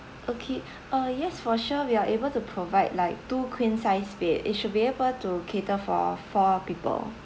okay uh yes for sure we are able to provide like two queen sized bed it should be able to cater for four people